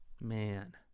man